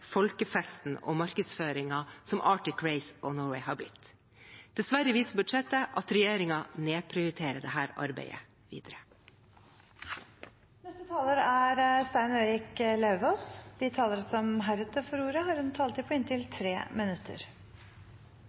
folkefesten og den markedsføringen som Arctic Race of Norway har blitt. Dessverre viser budsjettet at regjeringen nedprioriterer dette arbeidet videre. De talere som heretter får ordet, har en taletid på inntil 3 minutter.